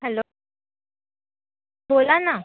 hello बोला ना